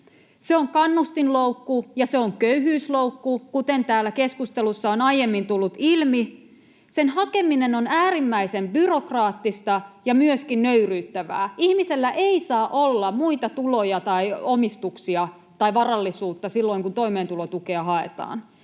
Se on kannustinloukku, ja se on köyhyysloukku, kuten täällä keskustelussa on aiemmin tullut ilmi. Sen hakeminen on äärimmäisen byrokraattista ja myöskin nöyryyttävää. Ihmisellä ei saa olla muita tuloja tai omistuksia tai varallisuutta silloin, kun toimeentulotukea haetaan.